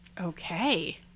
Okay